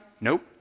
Nope